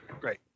Great